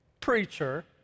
preacher